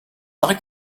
like